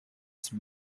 zum